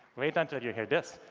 wait until you hear this.